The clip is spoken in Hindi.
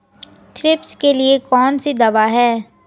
थ्रिप्स के लिए कौन सी दवा है?